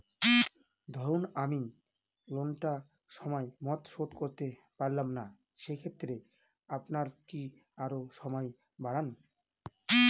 ধরুন আমি লোনটা সময় মত শোধ করতে পারলাম না সেক্ষেত্রে আপনার কি আরো সময় বাড়ান?